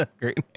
great